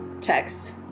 Text